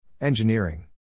Engineering